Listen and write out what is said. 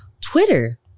Twitter